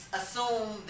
assume